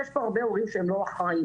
יש כאן הרבה הורים שהם לא אחראיים.